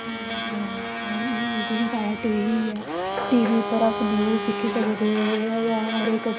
गा जियां साढ़ें टीवी ऐ टीवी पर अस न्यूज़ दिक्खी सकदे ओह् हर इक